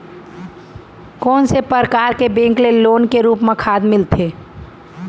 कोन से परकार के बैंक ले लोन के रूप मा खाद मिलथे?